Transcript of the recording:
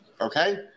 Okay